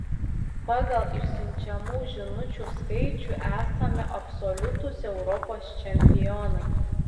pagal išsiunčiamų žinučių skaičių esame absoliutūs europos čempionai